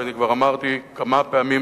ואני כבר אמרתי כמה פעמים,